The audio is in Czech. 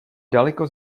daleko